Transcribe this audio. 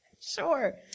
Sure